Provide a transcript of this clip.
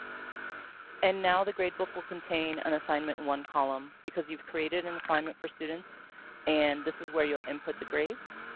and now the grade book will contain an assignment one column, because you've created an assignment for students and this is where you'll input the grades.